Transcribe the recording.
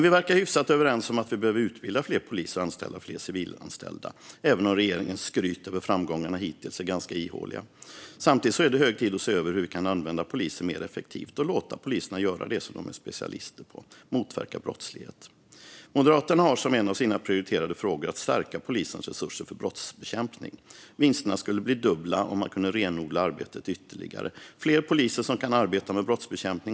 Vi verkar ändå hyfsat överens om att vi behöver utbilda fler poliser och anställa fler civilanställda, även om regeringens skryt över framgångarna hittills är ganska ihåligt. Samtidigt är det hög tid att se över hur vi kan använda polisen mer effektivt och låta poliserna göra det som de är specialister på, nämligen motverka brottslighet. Moderaterna har som en av sina prioriterade frågor att stärka polisens resurser för brottsbekämpning. Vinsterna skulle bli dubbla om man kunde renodla arbetet ytterligare och få fler poliser som kan arbeta med brottsbekämpning.